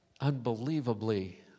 unbelievably